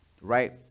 right